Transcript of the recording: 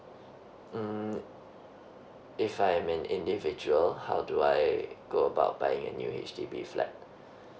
mm if I'm an individual how do I go about buying a new H_D_B flat